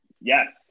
yes